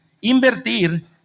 invertir